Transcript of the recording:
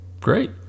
great